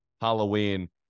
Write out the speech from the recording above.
Halloween-